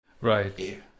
right